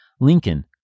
Lincoln